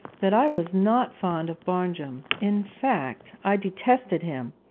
that i was not fond of barnjum in fact, i detested him.